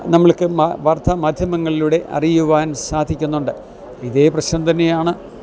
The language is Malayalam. നമുക്ക് വാർത്താമാധ്യമങ്ങളിലൂടെ അറിയുവാൻ സാധിക്കുന്നുണ്ട് ഇതേ പ്രശ്നം തന്നെയാണ്